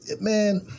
man